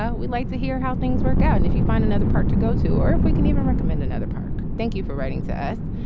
we'd like to hear how things work out. and if you find another park to go to or if we can even recommend another park. thank you for writing to us.